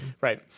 right